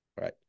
right